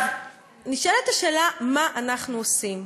נשאלת השאלה מה אנחנו עושים,